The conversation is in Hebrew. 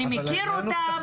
אני מכיר אותם,